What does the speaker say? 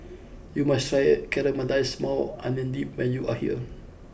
you must try Caramelized Maui Onion Dip when you are here